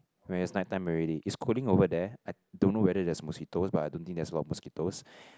when it's night time already it's cooling over there I don't know whether there's mosquitoes but I don't think there's a lot of mosquitoes